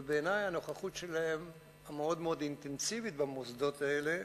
ובעיני הנוכחות המאוד-אינטנסיבית במוסדות האלה,